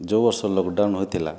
ଯେଉଁ ବର୍ଷ ଲକଡାଉନ୍ ହୋଇଥିଲା